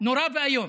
נורא ואיום.